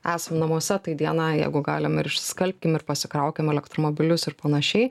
esam namuose tai diena jeigu galim ir išsiskalbkim ir pasikraukim elektromobilius ir panašiai